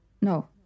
no